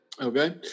Okay